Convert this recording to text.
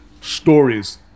stories